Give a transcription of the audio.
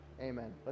Amen